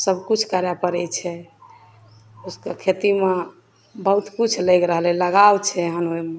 सबकिछु करै पड़ै छै उसके खेतीमे बहुत किछु लागि रहलै हँ लगाव छै हम ओहिमे